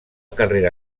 carrera